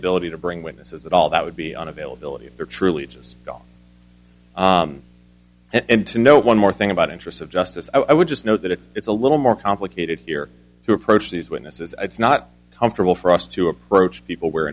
ability to bring witnesses that all that would be on availability if they're truly just gone and to know one more thing about interest of justice i would just note that it's a little more complicated here to approach these witnesses it's not comfortable for us to approach people we're